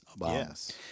Yes